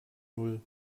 null